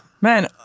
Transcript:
man